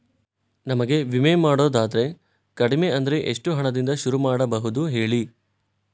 ನಮಗೆ ವಿಮೆ ಮಾಡೋದಾದ್ರೆ ಕಡಿಮೆ ಅಂದ್ರೆ ಎಷ್ಟು ಹಣದಿಂದ ಶುರು ಮಾಡಬಹುದು ಹೇಳಿ